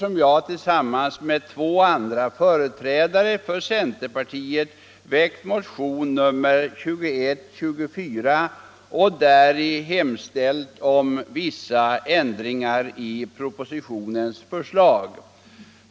Jag har tillsammans med två andra företrädare för centerpartiet väckt motionen 2124 och däri hemställt om vissa ändringar i propositionens förslag.